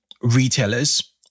retailers